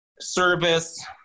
service